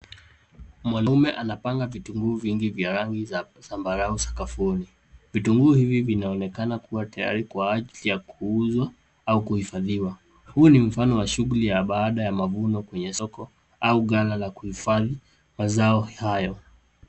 Mwanaume anapanga vitunguu vingi vya rangi za zambarau sakafuni. Vitunguu hivi vinaonekana kua tayari kwa ajili ya kuuzwa au kuhifadhiwa. Huu ni mfano wa shughuli ya baada ya mavuno kwenye soko au ghala la kuhifadhi mazao hayo.